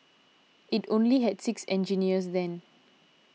it only had six engineers then